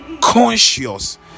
conscious